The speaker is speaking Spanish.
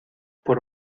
por